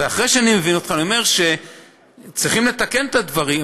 ואחרי שאני מבין אותך אני אומר שצריכים לתקן את הדברים,